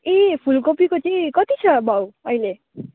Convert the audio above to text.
ए फुलकोपीको चाहिँ कति छ भाउ अहिले